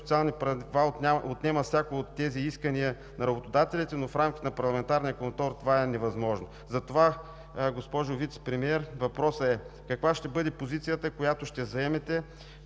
социални права отнема всяко от тези искания на работодателите, но в рамките на парламентарния контрол това е невъзможно. Затова, госпожо Вицепремиер, въпросът е: каква ще бъде позицията, която ще заемете